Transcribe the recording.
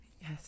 Yes